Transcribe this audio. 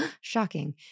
shocking